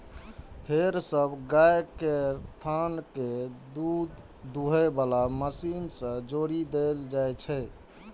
फेर सब गाय केर थन कें दूध दुहै बला मशीन सं जोड़ि देल जाइ छै